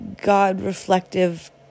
God-reflective